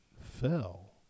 fell